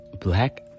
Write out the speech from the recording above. black